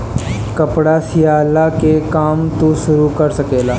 कपड़ा सियला के काम तू शुरू कर सकेला